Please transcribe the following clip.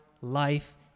life